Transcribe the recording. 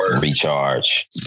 recharge